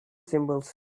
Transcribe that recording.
symbols